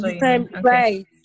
right